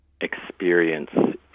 experience